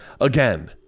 Again